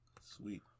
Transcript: sweet